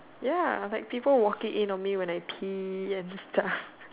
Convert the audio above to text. ya like people walking in on me when I pee and stuff